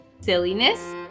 silliness